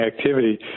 activity